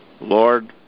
Lord